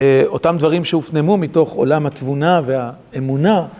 אותם דברים שהופנמו מתוך עולם התבונה והאמונה.